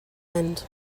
and